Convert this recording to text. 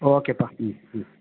ஓகேப்பா ம் ம்